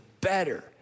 better